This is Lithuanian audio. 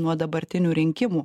nuo dabartinių rinkimų